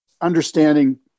understanding